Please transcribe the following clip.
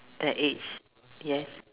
that age yes